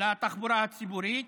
לתחבורה הציבורית.